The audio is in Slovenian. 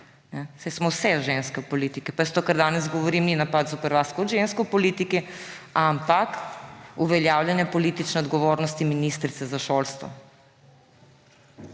Saj smo vse ženske v politiki. Pa to, kar danes jaz govorim, ni napad zoper vas kot žensko v politiki, ampak uveljavljanje politične odgovornosti ministrice za šolstvo.